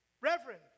reverend